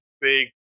big